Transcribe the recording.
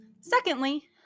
Secondly